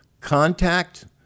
contact